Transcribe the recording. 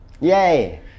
Yay